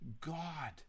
God